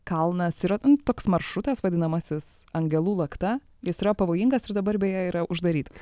kalnas yra toks maršrutas vadinamasis angelų lakta jis yra pavojingas ir dabar beje yra uždarytas